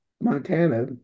Montana